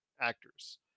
actors